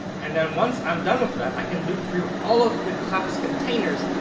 and then once i'm done with that, i can loop through all of the class containers,